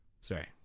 sorry